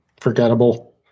forgettable